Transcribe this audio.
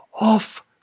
off